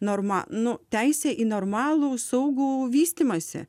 norma nu teisę į normalų saugų vystymąsi